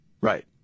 Right